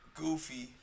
goofy